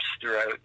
throughout